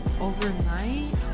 overnight